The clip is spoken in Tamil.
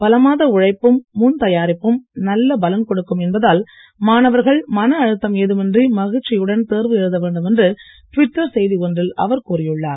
பல மாத உழைப்பும் முன் தயாரிப்பும் நல்ல பலன் கொடுக்கும் என்பதால் மாணவர்கள் மன அழுத்தம் ஏதுமின்றி மகிழ்ச்சியுடன் தேர்வு எழுத வேண்டும் என்று ட்விட்டர் செய்தி ஒன்றில் அவர் கூறியுள்ளார்